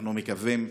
אנחנו מקווים,